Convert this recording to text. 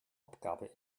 abgabe